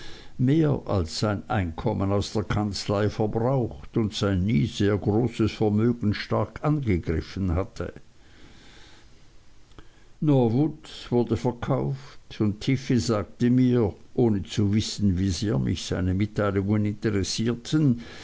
mehr als sein einkommen aus der kanzlei verbraucht und sein nie sehr großes vermögen stark angegriffen hatte norwood wurde verkauft und tiffey sagte mir ohne zu wissen wie sehr mich seine mitteilungen interessierten